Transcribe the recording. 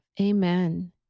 Amen